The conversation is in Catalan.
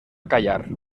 callar